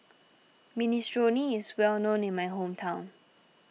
Minestrone is well known in my hometown